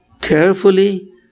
carefully